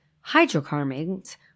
hydrocarbons